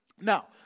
Now